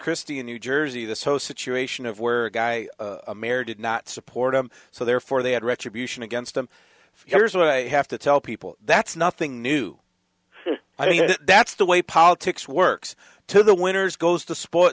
christie in new jersey this whole situation of where a guy a mare did not support him so therefore they had retribution against him here's what i have to tell people that's nothing new i mean that's the way politics works to the winners goes to sport